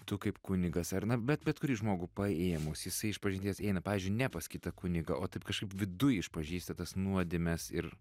tu kaip kunigas ar na bet bet kurį žmogų paėmus jisai išpažinties eina pavyzdžiui ne pas kitą kunigą o taip kažkaip viduj išpažįsta tas nuodėmes ir